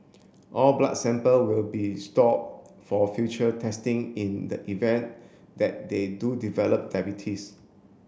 all blood sample will be stored for further testing in the event that they do develop diabetes